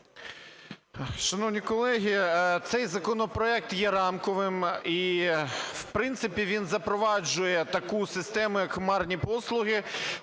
Шановні колеги, цей законопроект є рамковим, і в принципі він запроваджує таку систему, як хмарні послуги,